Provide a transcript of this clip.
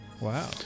wow